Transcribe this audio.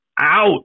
out